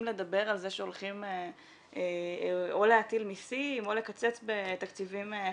לדבר על זה שהולכים או להטיל מסים או לקצץ בתקציבים חברתיים,